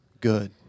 good